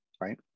right